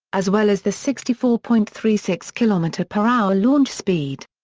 as well as the sixty four point three six kilometre per hour launch speed.